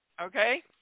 Okay